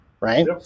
right